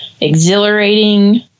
exhilarating